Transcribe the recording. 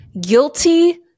guilty